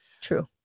True